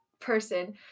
person